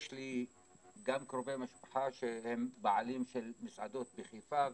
יש לי גם קרובי משפחה שהם בעלים של מסעדות בחיפה וכו',